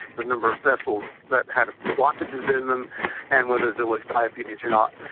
the number of vessels that had blockages in them and whether there was diabetes or not.